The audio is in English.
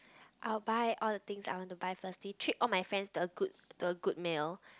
I'll buy all the things I want to buy firstly treat all my friend to a good to a good meal